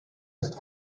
ist